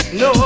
no